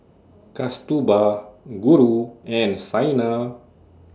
Kasturba Guru and Saina